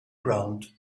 round